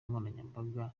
nkoranyambaga